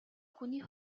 хүний